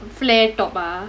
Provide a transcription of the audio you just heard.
flare top ah